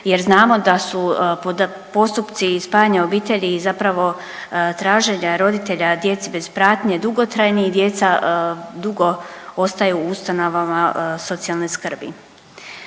jer znamo da su postupci spajanja obitelji i zapravo traženja roditelja djeci bez pratnje dugotrajni i djeca dugo ostaju u ustanovama socijalne skrbi.